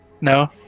No